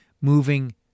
moving